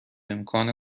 امکان